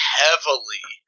heavily